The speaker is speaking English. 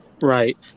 Right